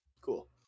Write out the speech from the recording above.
cool